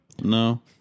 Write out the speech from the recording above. No